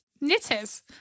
knitters